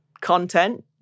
content